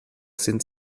sind